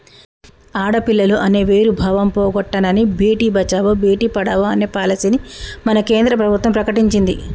ఆడపిల్లలు అనే వేరు భావం పోగొట్టనని భేటీ బచావో బేటి పడావో అనే పాలసీని మన కేంద్ర ప్రభుత్వం ప్రకటించింది